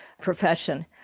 profession